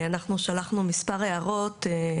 אנחנו שלחנו מספר הערות,